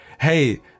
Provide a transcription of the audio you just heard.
Hey